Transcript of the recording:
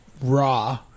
raw